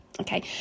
Okay